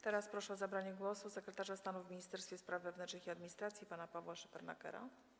Teraz proszę o zabranie głosu sekretarza stanu w Ministerstwie Spraw Wewnętrznych i Administracji pana Pawła Szefernakera.